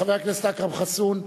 חבר הכנסת אכרם חסון.